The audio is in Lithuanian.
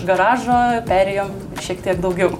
garažo perėjom šiek tiek daugiau